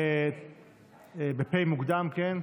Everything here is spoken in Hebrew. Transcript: בפ' גם כן,